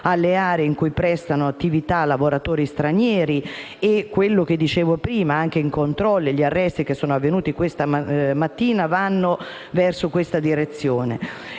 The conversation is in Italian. alle aree in cui prestano attività lavoratori stranieri. Come dicevo prima, anche i controlli e gli arresti avvenuti questa mattina vanno in siffatta direzione.